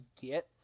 get